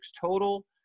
total